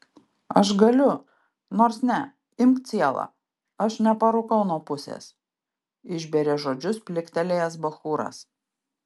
aš galiu nors ne imk cielą aš neparūkau nuo pusės išbėrė žodžius pliktelėjęs bachūras